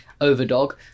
Overdog